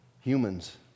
humans